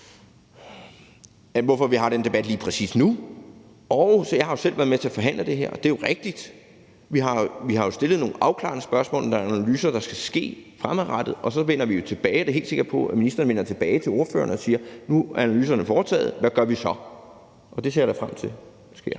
hvorfor vi har den debat lige præcis nu. Jeg har selv været med til at forhandle det her, og det er jo rigtigt – vi har stillet nogle afklarende spørgsmål, og der er nogle analyser, der skal ske fremadrettet, og så vender vi tilbage. Jeg er da helt sikker på, at ministeren vender tilbage til ordførerne og siger: Nu er analyserne foretaget – hvad gør vi så? Og det ser jeg da frem til sker.